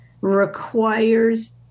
requires